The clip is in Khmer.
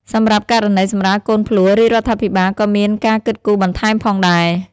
សម្រាប់ករណីសម្រាលកូនភ្លោះ រាជរដ្ឋាភិបាលក៏មានការគិតគូរបន្ថែមផងដែរ។